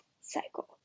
cycle